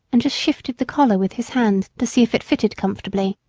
and just shifted the collar with his hand, to see if it fitted comfortably.